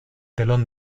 telón